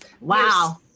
Wow